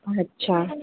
अच्छा